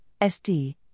SD